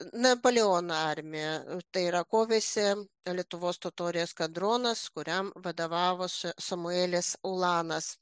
napoleono armija tai yra kovėsi lietuvos totorių eskadronas kuriam vadovavo sa samuelis ulanas